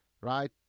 right